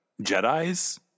Jedis